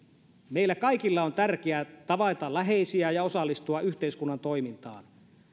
meille kaikille on tärkeää tavata läheisiä ja osallistua yhteiskunnan toimintaan